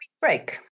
break